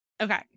okay